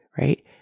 right